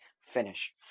finish